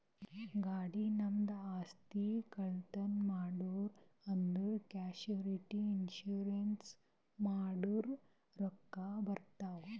ಗಾಡಿ, ನಮ್ದು ಆಸ್ತಿ, ಕಳ್ತನ್ ಮಾಡಿರೂ ಅಂದುರ್ ಕ್ಯಾಶುಲಿಟಿ ಇನ್ಸೂರೆನ್ಸ್ ಮಾಡುರ್ ರೊಕ್ಕಾ ಬರ್ತಾವ್